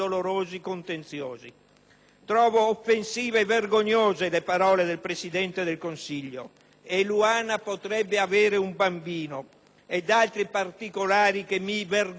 Trovo offensive e vergognose le parole del Presidente del Consiglio: "Eluana potrebbe avere un bambino", ed altri particolari che mi vergognerei a ripetere.